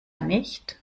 nicht